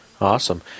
Awesome